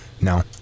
No